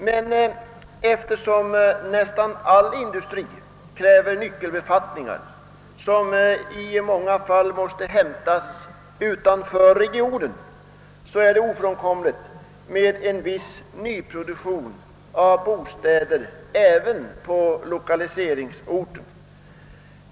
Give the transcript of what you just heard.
Men eftersom det i nästan all industri finns nyckelbefattningar, till vilka personal i många fall måste hämtas utanför regionen, är det ofrånkomligt med en viss nyproduktion av bostäder även på lokaliseringsorter.